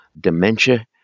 dementia